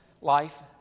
life